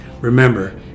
Remember